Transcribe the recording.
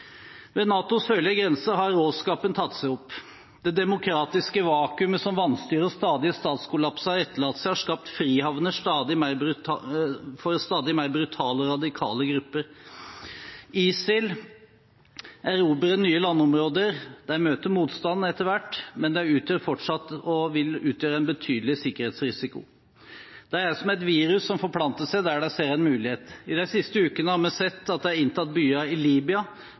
Ved NATOs sørlige grense har råskapen tatt seg opp. Det demokratiske vakuumet som vanstyre og stadige statskollapser har etterlatt seg, har skapt frihavner for stadig mer brutale og radikale grupper. ISIL erobrer nye landområder. De møter motstand etter hvert, men de utgjør fortsatt – og vil utgjøre – en betydelig sikkerhetsrisiko. De er som et virus som forplanter seg der de ser en mulighet. I de siste ukene har vi sett at de har inntatt byer i Libya